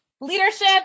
leadership